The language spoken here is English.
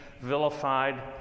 vilified